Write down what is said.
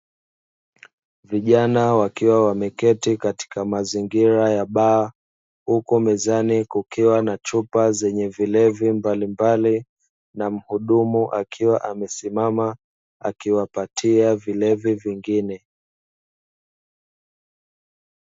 Vijana wakiwa wameketi katika mazingira ya baa, huku mezani kukiwa na chupa zenye vilevi mbalimbali, na mhudumu akiwa amesimama akiwapatia vilevi vingine.